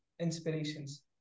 inspirations